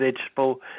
vegetable